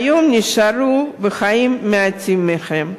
היום נשארו בחיים מעטים מהם.